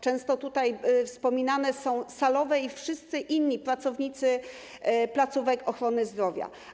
Często tutaj wspominane są salowe i wszyscy inni pracownicy placówek ochrony zdrowia.